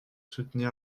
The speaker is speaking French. soutenir